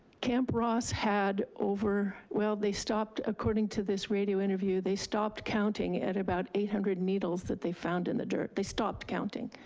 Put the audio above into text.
camp ross had over, well, they stopped, according to this radio interview, they stopped counting at about eight hundred needles that they found in the dirt. they stopped counting.